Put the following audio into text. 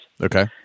Okay